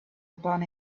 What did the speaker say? upon